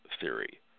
theory